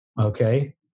Okay